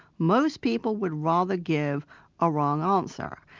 most people would rather give a wrong ah answer.